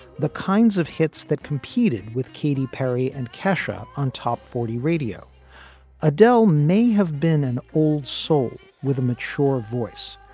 the kinds of hits that competed with katy perry and kesha on top forty radio adele may have been an old soul with a mature voice,